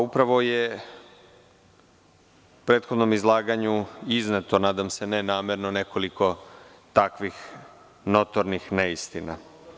Upravo je u prethodnom izlaganju izneto, nadam se ne namerno, nekoliko takvih notornih neistina.